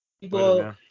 people